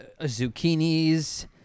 Zucchinis